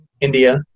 India